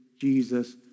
Jesus